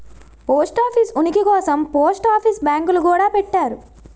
post office ఉనికి కోసం post office బ్యాంకులు గూడా పెట్టారు